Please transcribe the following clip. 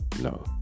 No